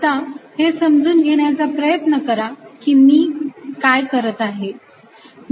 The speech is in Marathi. आता हे समजून घेण्याचा प्रयत्न करा कि मी काय करत आहे